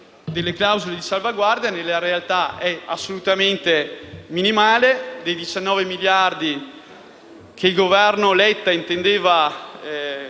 dell'impatto delle clausole di salvaguardia, che in realtà è assolutamente minimale: